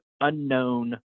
unknown